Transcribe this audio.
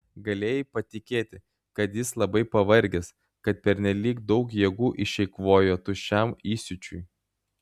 galėjai patikėti kad jis labai pavargęs kad pernelyg daug jėgų išeikvojo tuščiam įsiūčiui